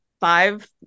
five